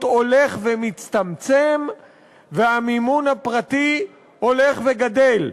הולך ומצטמצם והמימון הפרטי הולך וגדל.